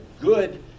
good